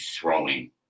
throwing